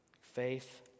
Faith